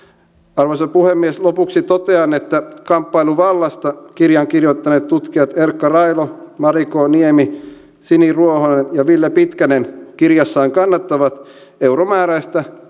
arvoisa puhemies lopuksi totean että kamppailu vallasta kirjan kirjoittaneet tutkijat erkka railo mari k niemi sini ruohonen ja ville pitkänen kirjassaan kannattavat euromääräistä